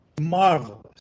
Marvelous